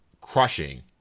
crushing